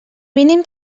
mínim